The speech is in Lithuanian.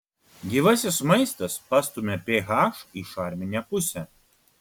gyvasis maistas pastumia ph į šarminę pusę